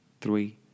three